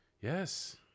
Yes